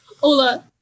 Hola